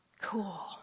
Cool